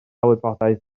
wybodaeth